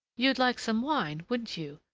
you'd like some wine, wouldn't you?